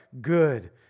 good